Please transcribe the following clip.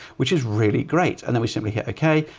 which is really great. and then we simply hit, okay.